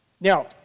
Now